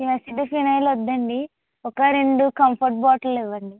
acid phenyl వద్దండి ఒక రెండు కంఫర్ట్ బాటిళ్ళు ఇవ్వండి